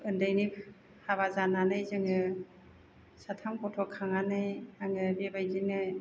उन्दैनि हाबा जानानै जोङो साथाम गथ' खांनानै आङो बेबायदिनो